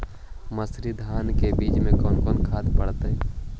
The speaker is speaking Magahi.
मंसूरी धान के बीज में कौन कौन से खाद पड़तै?